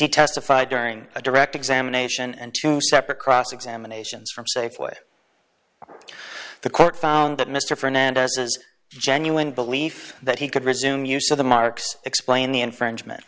he testified during a direct examination and two separate cross examinations from safeway the court found that mr fernandez's genuine belief that he could resume use of the marks explain the infringement